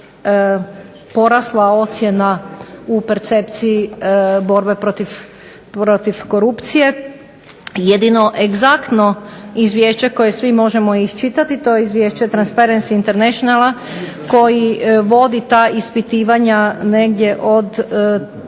porasla ocjena u percepciji borbe protiv korupcije. Jedino egzaktno izvješće koje svi možemo iščitati to je izvješće Transparency Internationala koji vodi ta ispitivanja negdje od